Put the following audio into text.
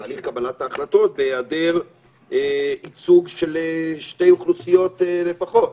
תהליך קבלת ההחלטות בהיעדר ייצוג של שתי אוכלוסיות לפחות.